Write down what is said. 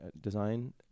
design